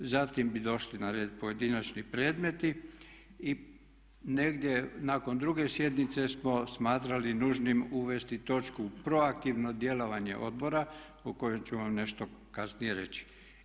Zatim bi došli na red pojedinačni predmeti i negdje nakon druge sjednice smo smatrali nužnim uvesti točku proaktivno djelovanje odbora o kojoj ću vam nešto kasnije reći.